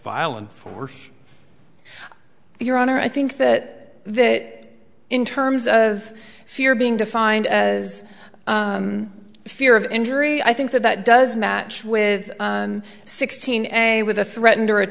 violent force your honor i think that in terms of fear being defined as a fear of injury i think that that does match with sixteen a with a threatened or a